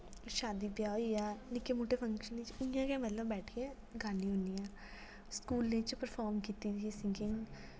शादी ब्याह् होई गेआ निक्के मुटे फंक्शने च इ'यां गे मतलब बैठिये गानी होन्नी आ स्कूल च परफार्म कीत्ती दी सिंगिंग